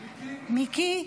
מוותר.